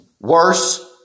worse